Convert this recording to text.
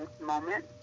moment